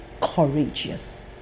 courageous